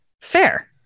Fair